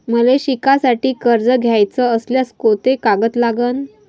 मले शिकासाठी कर्ज घ्याचं असल्यास कोंते कागद लागन?